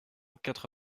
quatre